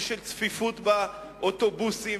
על צפיפות באוטובוסים,